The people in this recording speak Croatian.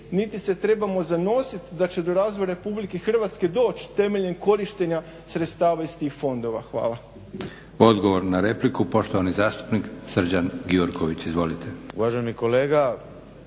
niti se trebamo zanositi da će do razvoja Republike Hrvatske doći temeljem korištenja sredstava iz tih fondova. Hvala. **Leko, Josip (SDP)** Odgovor na repliku poštovani zastupnik Srđan Gjurković. Izvolite. **Gjurković,